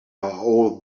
all